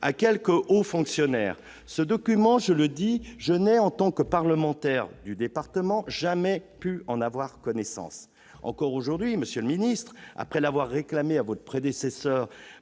processus a duré des mois ! Ce document, je n'ai, en tant que parlementaire du département, jamais pu en avoir connaissance ! Encore aujourd'hui, monsieur le ministre, après l'avoir réclamé à votre prédécesseur,